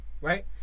right